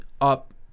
up